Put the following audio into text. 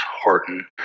horton